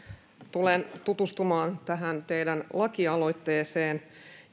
tulen tutustumaan tähän teidän lakialoitteeseenne